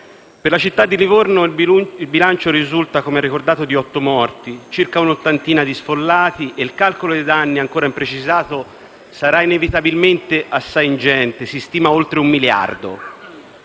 Per la città di Livorno il bilancio risulta, come ha ricordato, di otto morti, circa un'ottantina gli sfollati e il calcolo dei danni ancora imprecisato sarà inevitabilmente assai ingente (si stima oltre un miliardo).